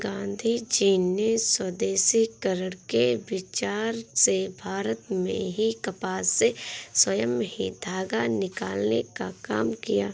गाँधीजी ने स्वदेशीकरण के विचार से भारत में ही कपास से स्वयं ही धागा निकालने का काम किया